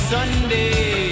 Sunday